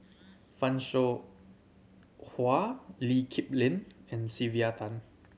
Fan Shao Hua Lee Kip Lin and Sylvia Tan